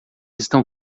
estão